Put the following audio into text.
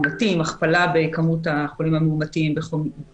שמשמש לקבוע את החובה הזו לערוך בדיקות בסוג של הסדר כפוי.